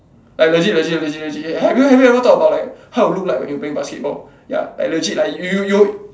like legit legit legit legit legit have you have you ever thought about like how you look like when you're playing basketball ya like legit lah you you you